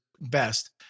Best